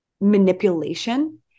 manipulation